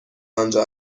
آنجا